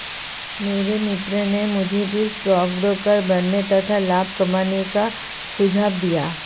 मेरे मित्र ने मुझे भी स्टॉक ब्रोकर बनने तथा लाभ कमाने का सुझाव दिया